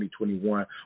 2021